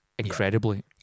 incredibly